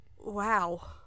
Wow